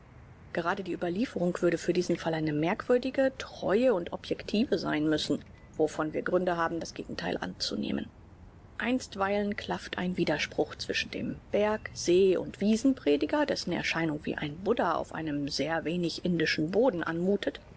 gerade die überlieferung würde für diesen fall eine merkwürdig treue und objektive sein müssen wovon wir gründe haben das gegentheil anzunehmen einstweilen klafft ein widerspruch zwischen dem berg see und wiesen prediger dessen erscheinung wie ein buddha auf einem sehr wenig indischen boden anmuthet